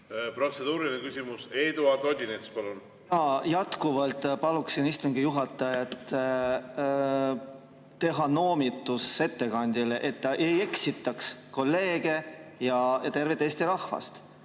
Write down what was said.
Protseduuriline küsimus, Eduard Odinets, palun! Ma jätkuvalt palun istungi juhatajal teha noomitus ettekandjale, et ta ei eksitaks kolleege ja tervet Eesti rahvast.